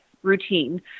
Routine